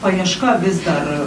paieška vis dar